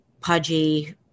pudgy